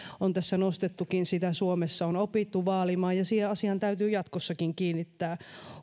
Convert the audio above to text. on tässä nostettukin sitä suomessa on opittu vaalimaan ja siihen asiaan täytyy jatkossakin kiinnittää